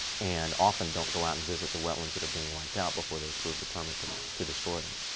and often don't go out and visit the wetlands that are being wiped out before they approve the permit to to destroy them.